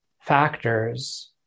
factors